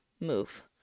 Move